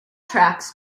tracks